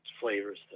flavors